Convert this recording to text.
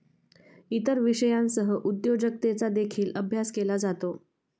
इतर विषयांसह उद्योजकतेचा देखील अभ्यास केला जातो